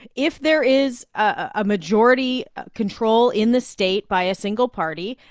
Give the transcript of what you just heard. if there is a majority control in the state by a single party,